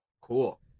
Cool